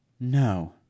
No